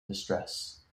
distress